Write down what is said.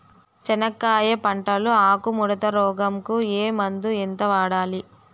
చెనక్కాయ పంట లో ఆకు ముడత రోగం కు ఏ మందు ఎంత వాడాలి?